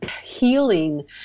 healing